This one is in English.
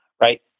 Right